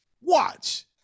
Watch